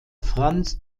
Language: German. franz